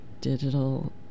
Digital